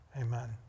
Amen